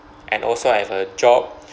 and also I have a job